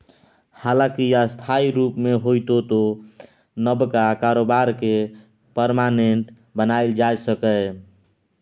हालांकि अस्थायी रुप मे होइतो नबका कारोबार केँ परमानेंट बनाएल जा सकैए